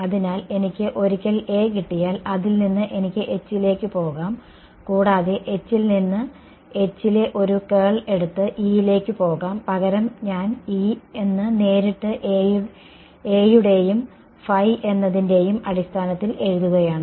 അതിനാൽ എനിക്ക് ഒരിക്കൽ A കിട്ടിയാൽ അതിൽ നിന്ന് എനിക്ക് H ലേക്ക് പോകാം കൂടാതെ H ൽ നിന്ന് H ലെ ഒരു കേൾ എടുത്ത് E യിലേക്ക് പോകാം പകരം ഞാൻ E എന്ന് നേരിട്ട് A യുടെയും എന്നതിന്റെയും അടിസ്ഥാനത്തിൽ എഴുതുകയാണ്